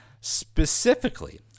Specifically